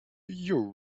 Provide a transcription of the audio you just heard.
you